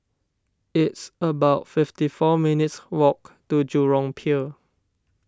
it's about fifty four minutes' walk to Jurong Pier